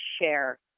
share